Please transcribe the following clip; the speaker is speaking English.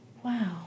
Wow